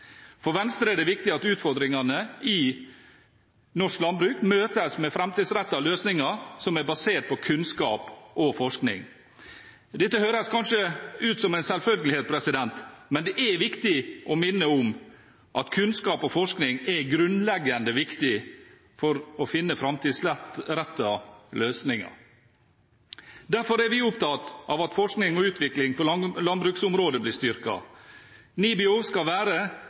For Venstre er det viktig at utfordringene i norsk landbruk møtes med framtidsrettede løsninger som er basert på kunnskap og forskning. Dette høres kanskje ut som en selvfølgelighet, men det er viktig å minne om at kunnskap og forskning er grunnleggende viktig for å finne framtidsrettede løsninger. Derfor er vi opptatt av at forskning og utvikling på landbruksområdet blir styrket. Norsk institutt for bioøkonomi, NIBIO, skal være